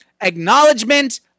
acknowledgement